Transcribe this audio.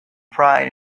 pride